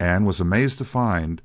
and was amazed to find